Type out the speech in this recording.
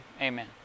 Amen